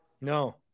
No